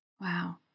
Wow